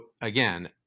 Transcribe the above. again